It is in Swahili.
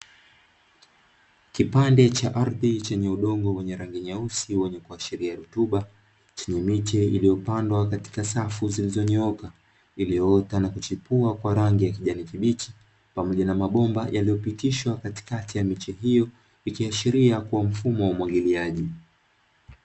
Kipande cha ardhi chenye udongo wenye rangi nyeusi; wenye kuashiria rutuba; chenye miche iliyopandwa katika safu zilizonyooka, iliyoota na kuchipua kwa rangi ya kijani kibichi pamoja na mabomba yaliyopitishwa katikati ya miche hiyo, ikiashiria kuwa mfumo wa umwagiliaji.